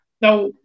Now